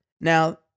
Now